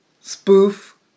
spoof